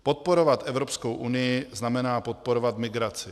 Podporovat Evropskou unii znamená podporovat migraci.